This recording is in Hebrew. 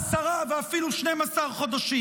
עשרה ואפילו 12 חודשים,